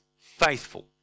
faithful